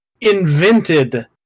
invented